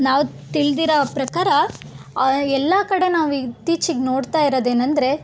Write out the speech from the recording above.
ನಾವು ತಿಳಿದಿರೋ ಪ್ರಕಾರ ಎಲ್ಲ ಕಡೆ ನಾವು ಇತ್ತೀಚೆಗೆ ನೋಡ್ತಾ ಇರೋದು ಏನಂದರೆ